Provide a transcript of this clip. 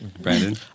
Brandon